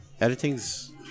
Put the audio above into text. Editing's